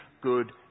good